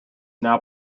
now